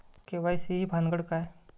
KYC ही भानगड काय?